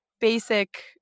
basic